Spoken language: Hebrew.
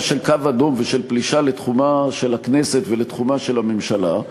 קו אדום ובפלישה לתחומה של הכנסת ולתחומה של הממשלה.